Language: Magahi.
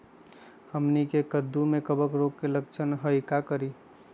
हमनी के कददु में कवक रोग के लक्षण हई का करी?